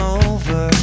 over